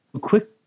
quick